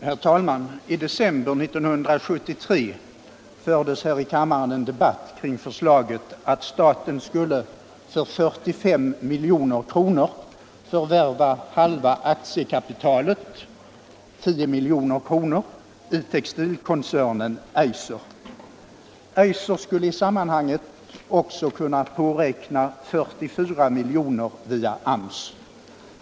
Herr talman! I december 1973 fördes här i kammaren en debatt kring förslaget att staten skulle för 45 milj.kr. förvärva halva aktiekapitalet, 10 milj.kr., i textilkoncernen Eiser. Eiser skulle i sammanhanget också kunna påräkna 44 milj.kr. via AMS.